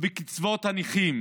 בקצבאות הנכים: